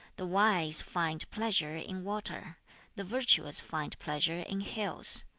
the wise find pleasure in water the virtuous find pleasure in hills.